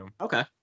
Okay